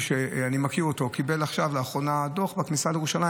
שאני מכיר קיבל לאחרונה דוח בכניסה לירושלים.